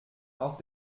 auf